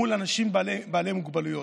מול אנשים בעלי מוגבלויות.